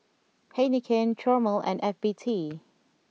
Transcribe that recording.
Heinekein Chomel and F B T